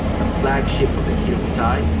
the flagship of the kido butai,